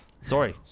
Sorry